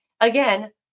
again